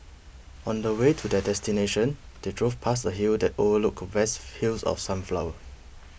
on the way to their destination they drove past a hill that overlooked vast fields of sunflower